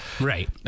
Right